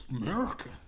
America